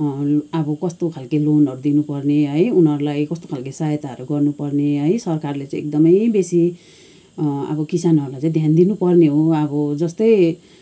अनि अब कस्तो खाल्के लोनहरू दिनुपर्ने है उनीहरूलाई कस्तो खाल्के सहायताहरू गर्नुपर्ने है सरकारले चाहिँ एकदमै बेसी अब किसानहरूलाई चाहिँ ध्यान दिनुपर्ने हो अब जस्तै